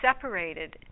separated